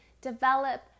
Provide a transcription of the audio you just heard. develop